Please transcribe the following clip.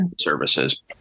services